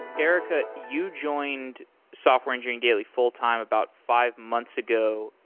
erika, you joined software engineering daily full-time about five months ago.